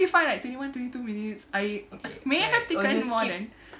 okay fine like twenty one twenty two minutes I okay may have taken more than